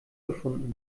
gefunden